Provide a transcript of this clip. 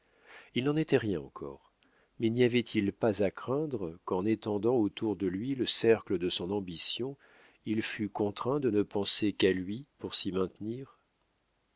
il n'en était rien encore mais n'y avait-il pas à craindre qu'en étendant autour de lui le cercle de son ambition il fût contraint de ne penser qu'à lui pour s'y maintenir